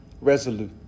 resolute